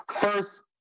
first